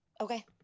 Okay